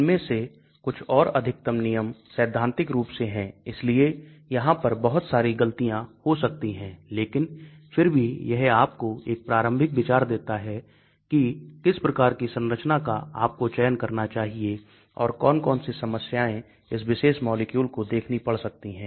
इनमें से कुछ और अधिकतम नियम सैद्धांतिक रूप से हैं इसलिए यहां पर बहुत सारी गलतियां हो सकती हैं लेकिन फिर भी यह आपको एक प्रारंभिक विचार देता है कि किस प्रकार की संरचना का आपको चयन करना चाहिए और कौन कौन सी समस्याएं इस विशेष मॉलिक्यूल को देखनी पड़ सकती हैं